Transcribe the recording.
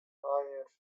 hayır